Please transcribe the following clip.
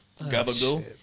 Gabagool